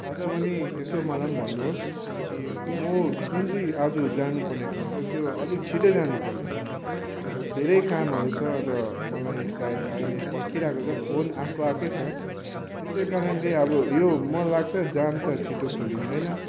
थाहा छ भने यसो मलाई पनि भन्नुहोस् किनकि म जुन चाहिँ आज जानुपर्ने ठाउँ चाहिँ त्यो अलिक छिट्टै जानुपर्नेछ मेरो धेरै कामहरू छ र मलाई सायद अहिले पर्खिरहेको छ फोन आएको आएकै छ त्यसै कारणले अब यो मलाई लाग्छ जाम त छिटो खोलिँदैन